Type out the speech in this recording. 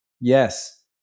Yes